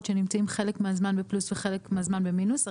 שנמצאים חלק מהזמן בפלוס וחלק מהזמן במינוס,